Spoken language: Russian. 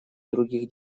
других